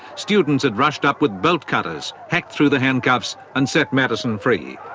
students had rushed up with bolt cutters, hacked through the handcuffs and set matteson free.